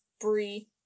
brie